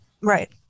Right